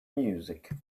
music